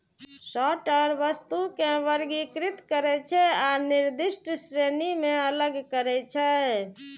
sorter वस्तु कें वर्गीकृत करै छै आ निर्दिष्ट श्रेणी मे अलग करै छै